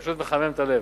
פשוט מחמם את הלב.